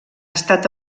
estat